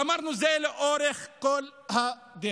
ואמרנו את זה לאורך כל הדרך.